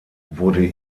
wurde